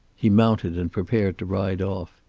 he mounted and prepared to ride off.